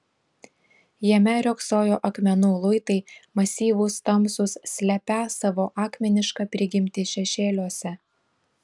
jame riogsojo akmenų luitai masyvūs tamsūs slepią savo akmenišką prigimtį šešėliuose